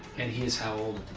and he's how old